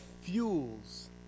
fuels